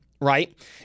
right